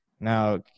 Now